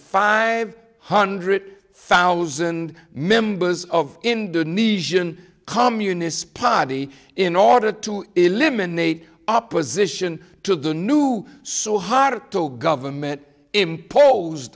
five hundred thousand members of indonesian communist party in order to eliminate opposition to the new so hard to government imposed